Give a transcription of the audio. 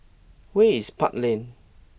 where is Park Lane